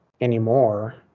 anymore